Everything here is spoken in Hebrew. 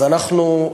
אז אנחנו,